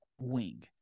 wing